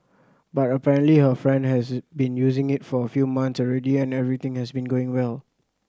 but apparently her friend has been using it for a few months already and everything has been going well